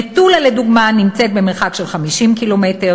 מטולה, לדוגמה, נמצאת במרחק 50 קילומטרים.